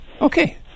Okay